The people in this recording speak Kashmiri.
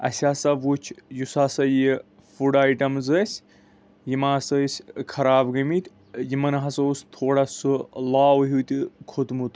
اَسہِ ہسا وٕچھ یُس ہسا یہِ فُڈ آیٹمس أسۍ یِم ہسا أسۍ خراب گٔمٕتۍ یِمن ہسا اوس تھوڑا سُہ لاوٕ ہیوٗ تہِ کھوٚتمُت